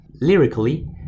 Lyrically